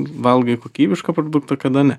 valgai kokybišką produktą kada ne